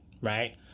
Right